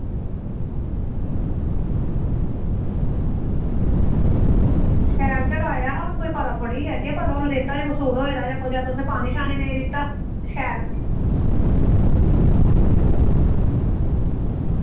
शैल ते लाया हा हून कोई पता थोह्ड़ी ऐ केह् पता हून रेतै दा कसूर होये दा जां तुसें पानी नेईं दित्ता शैल